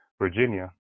virginia